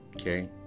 Okay